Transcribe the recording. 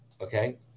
okay